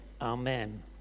Amen